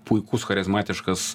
puikus charizmatiškas